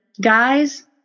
guys